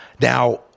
Now